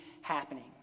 happening